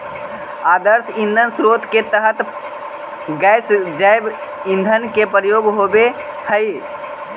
आदर्श ईंधन स्रोत के तरह गैस जैव ईंधन के प्रयोग होवऽ हई